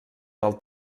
del